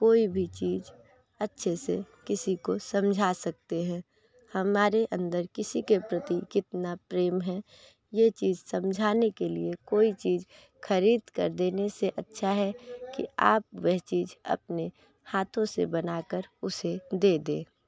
कोई भी चीज अच्छे से किसी को समझा सकते हैं हमारे अंदर किसी के प्रति कितना प्रेम है ये चीज समझाने के लिए कोई चीज खरीद कर देने से अच्छा है कि आप वह चीज अपने हाथों से बना कर उसे दे दें